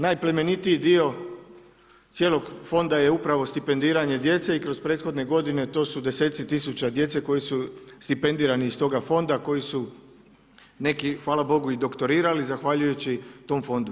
Najplemenitiji dio cijelog fonda je upravo stipendiranje djece i kroz prethodne godine to su desetci tisuća djece koji su stipendirani iz toga fonda, koji su neki hvala Bogu i doktorirali zahvaljujući tom fondu.